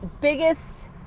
biggest